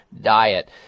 diet